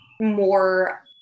more